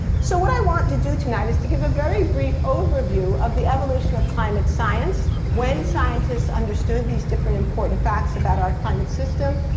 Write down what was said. so what i want to do tonight is to give a very brief overview of the evolution of climate science, when scientists understood these different important facts about our climate system,